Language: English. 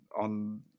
on